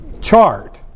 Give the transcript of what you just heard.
chart